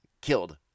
killed